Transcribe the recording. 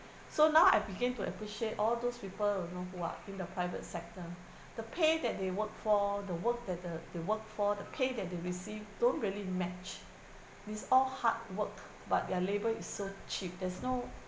so now I began to appreciate all those people you know who are in the private sector the pay that they work for the work that the they work for the pay that they receive don't really match it's all hard work but their labour is so cheap there's no